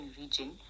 region